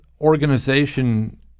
organization